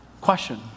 question